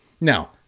Now